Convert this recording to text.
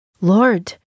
Lord